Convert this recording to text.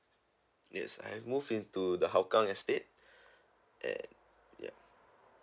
yes I have moved in to the hougang estate and ya